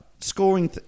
scoring